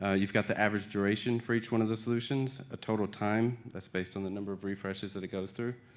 ah you've got the average duration for each one of the solutions, a total time that's based on the number of refreshes that it goes through.